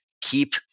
keep